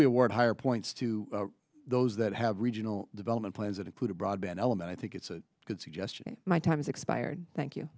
award higher points to those that have regional development plans that include a broadband element i think it's a good suggestion my time's expired thank you